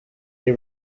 they